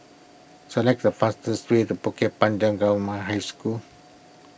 select the fastest way to Bukit Panjang Government High School